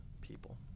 people